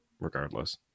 regardless